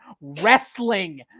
wrestling